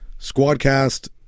Squadcast